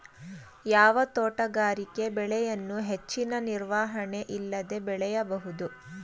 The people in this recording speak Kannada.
ಯಾವ ತೋಟಗಾರಿಕೆ ಬೆಳೆಯನ್ನು ಹೆಚ್ಚಿನ ನಿರ್ವಹಣೆ ಇಲ್ಲದೆ ಬೆಳೆಯಬಹುದು?